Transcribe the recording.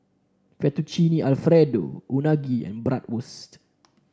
Fettuccine Alfredo Unagi and Bratwurst